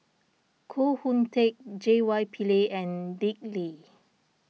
Koh Hoon Teck J Y Pillay and Dick Lee